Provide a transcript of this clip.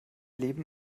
leben